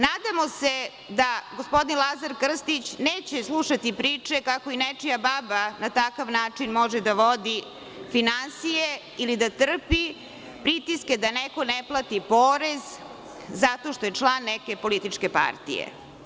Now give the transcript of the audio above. Nadamo se da gospodin Lazar Krstić neće slušati priče - kakonečija baba na takav način može da vodi finansije, ili da trpi pritiske da neko ne plati porez zato što je član neke političke partije.